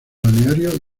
balnearios